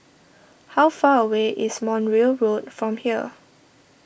how far away is Montreal Road from here